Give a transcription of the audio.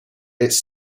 its